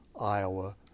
Iowa